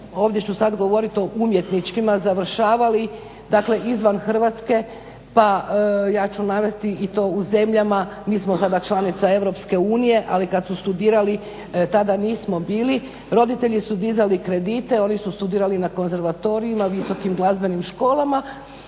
ovdje ću sad govoriti o umjetničkima završavali, dakle izvan Hrvatske. Pa ja ću navesti i to u zemljama mi smo sada članica EU, ali kad su studirali tada nismo bili roditelji su dizali kredite, oni su studirali na konzervatorijima, visokim glazbenim školama.